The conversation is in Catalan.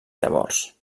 llavors